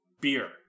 beer